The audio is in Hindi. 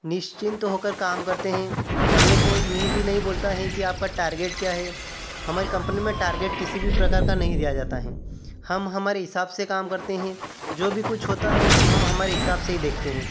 निश्चिंत होकर काम करते हैं हमने कोई यूँ भी नहीं बोलता है कि आप का टारगेट क्या है हमारे कंपनी में टारगेट किसी भी प्रकार का नहीं दिया जाता है हम हमारे हिसाब से काम करते हैं जो भी कुछ होता है हम हमारे हिसाब से ही देखते हैं